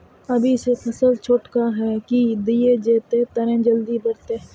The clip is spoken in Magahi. अभी ते फसल छोटका है की दिये जे तने जल्दी बढ़ते?